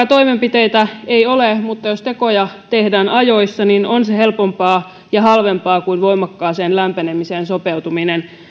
toimenpiteitä ei ole mutta jos tekoja tehdään ajoissa niin on se helpompaa ja halvempaa kuin voimakkaaseen lämpenemiseen sopeutuminen